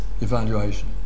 evaluation